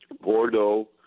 Bordeaux